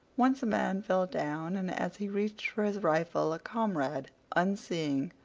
once a man fell down, and as he reached for his rifle a comrade, unseeing,